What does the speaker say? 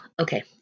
Okay